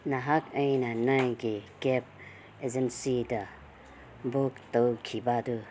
ꯅꯍꯥꯛ ꯑꯩꯅ ꯅꯪꯒꯤ ꯀꯦꯞ ꯑꯦꯖꯦꯟꯁꯤꯗ ꯕꯨꯛ ꯇꯧꯈꯤꯕꯗꯨ